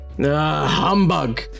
humbug